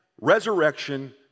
resurrection